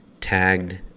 tagged